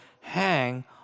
hang